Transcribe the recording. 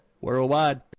Worldwide